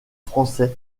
français